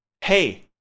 hey